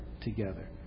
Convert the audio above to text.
together